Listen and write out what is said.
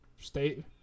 State